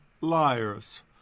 liars